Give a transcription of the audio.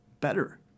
better